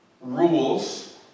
rules